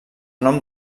nom